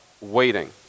waiting